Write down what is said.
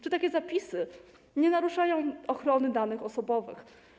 Czy takie zapisy nie naruszają ochrony danych osobowych?